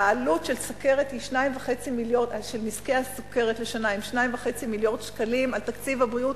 העלות של נזקי הסוכרת לשנה היא 2.5 מיליארד שקלים בתקציב הבריאות,